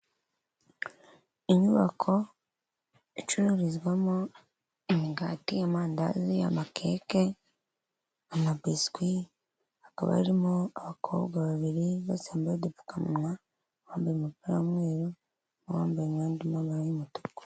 Inyubako icururizwamo imigati, amandazi, amakeke, amabiswi hakaba harimo abakobwa babiri bose bambaye udupfukamuwa, uwambaye umupira w'umweru n'uwambaye umwenda urimo amabara y'umutuku.